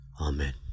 Amen